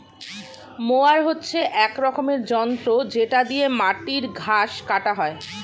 mower হচ্ছে এক রকমের যন্ত্র যেটা দিয়ে মাটির ঘাস কাটা হয়